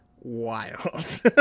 wild